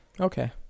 Okay